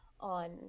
on